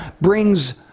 brings